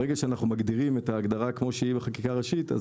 ברגע שאנחנו מגדירים את ההגדרה כמו שהיא בחקיקה ראשית,